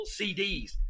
CDs